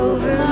Over